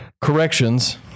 Corrections